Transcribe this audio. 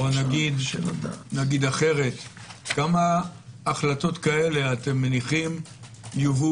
או כמה החלטות כאלה אתם מניחים שיובאו